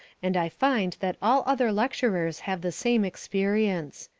and i find that all other lecturers have the same experience.